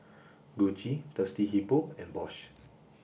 Gucci Thirsty Hippo and Bosch